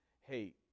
hey